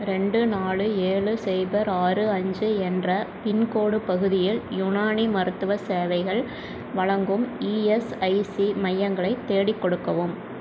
ரெண்டு நாலு ஏழு சைபர் ஆறு அஞ்சு என்ற பின்கோட் பகுதியில் யுனானி மருத்துவச் சேவைகள் வழங்கும் இஎஸ்ஐசி மையங்களை தேடிக் கொடுக்கவும்